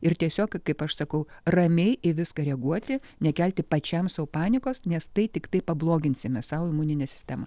ir tiesiog kaip aš sakau ramiai į viską reaguoti nekelti pačiam sau panikos nes tai tiktai pabloginsime savo imuninę sistemą